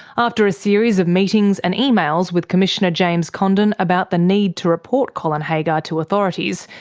after a series of meetings and emails with commissioner james condon about the need to report colin haggar to authorities,